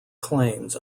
claims